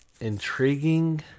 intriguing